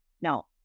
No